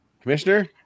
commissioner